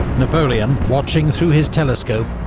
napoleon, watching through his telescope,